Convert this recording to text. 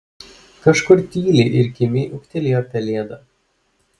kažkur tyliai ir kimiai ūktelėjo pelėda